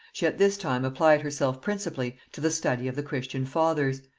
she at this time applied herself principally to the study of the christian fathers,